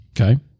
Okay